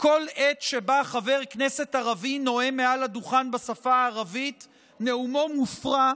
כל עת שבה חבר כנסת ערבי נואם מעל הדוכן בשפה הערבית נאומו מופרע,